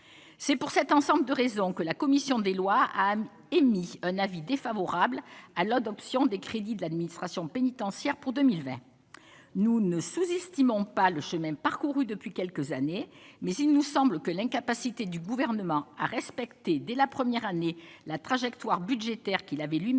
c'est pour cet ensemble de raisons que la commission des lois a émis un avis défavorable à l'adoption des crédits de l'administration pénitentiaire pour 2020 nous ne sous-estimons pas le chemin parcouru depuis quelques années, mais il nous semble que l'incapacité du gouvernement à respecter dès la première année, la trajectoire budgétaire qu'il avait lui-même